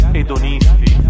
edonisti